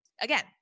again